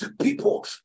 people